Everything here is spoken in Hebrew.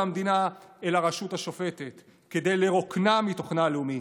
המדינה אל הרשות השופטת כדי לרוקנה מתוכנה הלאומי,